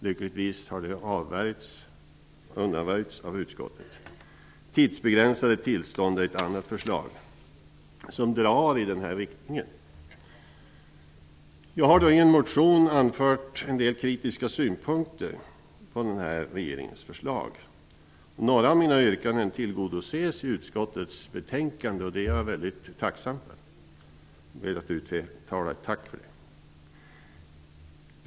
Lyckligtvis har detta undanröjts av utskottet. Tidsbegränsade tillstånd är ett annat förslag, som drar i den här riktningen. Jag har i en motion anfört en del kritiska synpunkter på regeringens förslag. Några av mina yrkanden tillgodoses i utskottets betänkande, och det är jag väldigt tacksam för -- jag vill uttala ett tack för det.